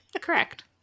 correct